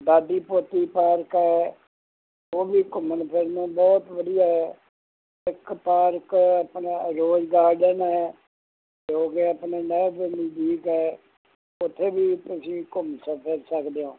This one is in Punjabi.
ਦਾਦੀ ਪੋਤੀ ਪਾਰਕ ਹੈ ਉਹ ਵੀ ਘੁੰਮਣ ਫਿਰਨ ਨੂੰ ਬਹੁਤ ਵਧੀਆ ਹੈ ਇੱਕ ਪਾਰਕ ਆਪਣਾ ਰੋਜ ਗਾਰਡਨ ਹੈ ਜੋ ਕਿ ਆਪਣੇ ਨਹਿਰ ਦੇ ਨਜ਼ਦੀਕ ਉੱਥੇ ਵੀ ਤੁਸੀਂ ਘੁੰਮ ਸਕਦ ਸਕਦੇ ਹੋ